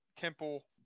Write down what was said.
Temple